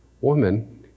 woman